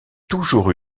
toujours